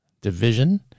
division